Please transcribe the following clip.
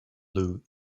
lou